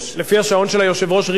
לפי השעון של היושב-ראש ריבלין.